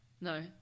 no